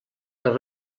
les